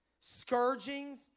scourgings